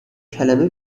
کلمه